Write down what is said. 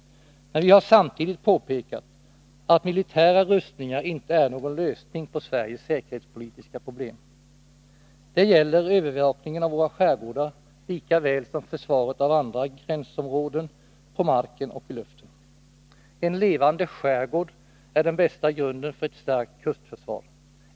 Men vi har samtidigt påpekat att militära rustningar inte är någon lösning på Sveriges säkerhetspolitiska problem. Det gäller övervakningen av våra skärgårdar lika väl som försvaret av andra gränsområden på marken och i luften. En levande skärgård är den bästa grunden för ett starkt kustförsvar.